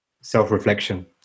self-reflection